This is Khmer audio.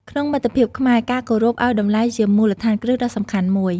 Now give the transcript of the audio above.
ក្នុងមិត្តភាពខ្មែរ ការគោរពឱ្យតម្លៃជាមូលដ្ឋានគ្រឹះដ៏សំខាន់មួយ។